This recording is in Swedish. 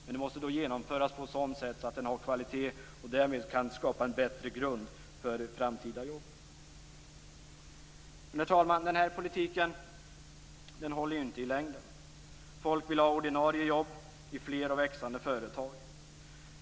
Men den måste genomföras på ett sådant sätt att där finns kvalitet och det skapas en bättre grund för framtida jobb. Herr talman! Den här politiken håller inte i längden. Folk vill ha ordinarie jobb i fler och växande företag.